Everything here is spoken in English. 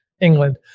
England